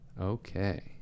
Okay